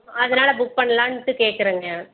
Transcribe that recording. அதனால புக் பண்ணலான்ட்டு கேட்குறேங்க